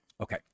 Okay